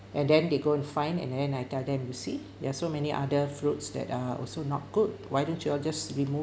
and then they go and find and then I tell them you see there are so many other fruits that are also not good why don't you all just remove